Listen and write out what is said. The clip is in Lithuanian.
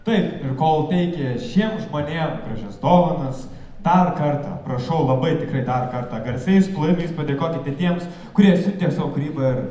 taip ir kol teikė šiem žmonėm gražias dovanas dar kartą prašau labai tikrai dar kartą garsiais plojimais padėkokite tiems kurie siuntė savo kūrybą ir